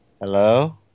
Hello